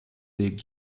des